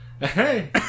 Hey